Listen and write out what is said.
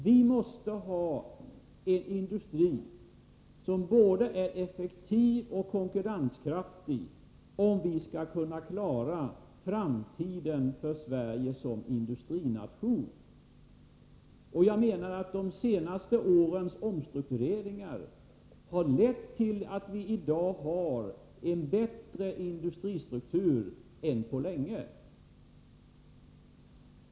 Vi måste ha en industri som är både effektiv och konkurrenskraftig, om vi skall kunna klara framtiden för Sverige som industrination. De senaste årens omstruktureringar har enligt min mening lett till att vi i dag har en bättre industristruktur än på länge.